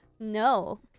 No